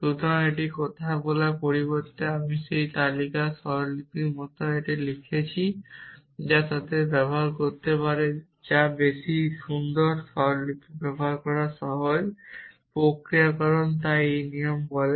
সুতরাং এই কথা বলার পরিবর্তে আমি এই তালিকায় স্বরলিপির মতো এটি লিখছি যা তাদের ব্যবহার করতে পারে যা বেশ সুন্দর স্বরলিপি ব্যবহার করা সহজ প্রক্রিয়াকরণ তাই এই নিয়ম বলে